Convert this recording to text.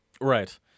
right